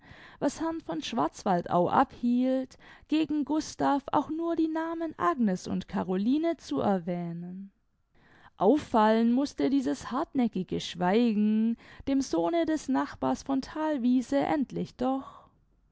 was herrn von schwarzwaldau abhielt gegen gustav auch nur die namen agnes und caroline zu erwähnen auffallen mußte dieses hartnäckige schweigen dem sohne des nachbars von thalwiese endlich doch